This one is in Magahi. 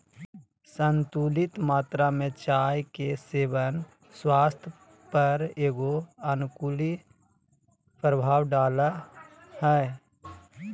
संतुलित मात्रा में चाय के सेवन स्वास्थ्य पर एगो अनुकूल प्रभाव डालो हइ